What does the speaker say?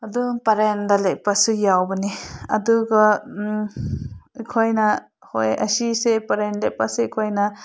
ꯑꯗꯨꯝ ꯄꯔꯦꯡꯗ ꯂꯦꯞꯄꯁꯨ ꯌꯥꯎꯕꯅꯦ ꯑꯗꯨꯒ ꯑꯩꯈꯣꯏꯅ ꯍꯣꯏ ꯑꯁꯤꯁꯦ ꯄꯔꯦꯡ ꯂꯦꯞꯄꯁꯦ ꯑꯩꯈꯣꯏꯅ